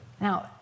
Now